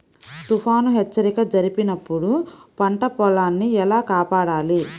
తుఫాను హెచ్చరిక జరిపినప్పుడు పంట పొలాన్ని ఎలా కాపాడాలి?